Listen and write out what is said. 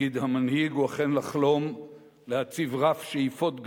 תפקיד המנהיג הוא אכן לחלום להציב רף שאיפות גבוה,